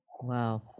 Wow